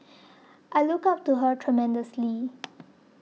I look up to her tremendously